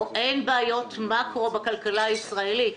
או אין בעיות מאקרו בכלכלה הישראלית,